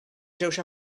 ġewx